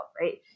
right